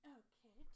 okay